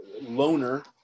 Loner